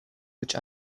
which